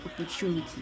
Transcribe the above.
opportunity